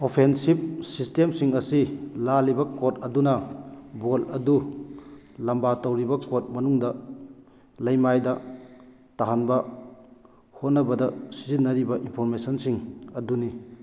offensive ꯁꯤꯁꯇꯦꯝꯁꯤꯡ ꯑꯁꯤ ꯂꯥꯜꯂꯤꯕ ꯀꯣꯔꯠ ꯑꯗꯨꯅ ꯕꯣꯜ ꯑꯗꯨ ꯂꯝꯕꯥ ꯇꯧꯔꯤꯕ ꯀꯣꯔꯠ ꯃꯅꯨꯡꯗ ꯂꯩꯃꯥꯏꯗ ꯇꯥꯍꯟꯕ ꯍꯣꯠꯅꯕꯗ ꯁꯤꯖꯤꯟꯅꯔꯤꯕ ꯏꯟꯐꯣꯔꯃꯦꯁꯟꯁꯤꯡ ꯑꯗꯨꯅꯤ